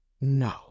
No